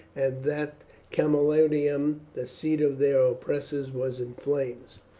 and that camalodunum, the seat of their oppressors, was in flames.